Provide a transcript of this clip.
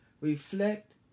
Reflect